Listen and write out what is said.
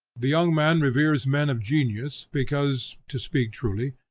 the young man reveres men of genius, because, to speak truly,